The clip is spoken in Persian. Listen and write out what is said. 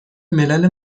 ملل